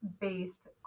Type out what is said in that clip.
based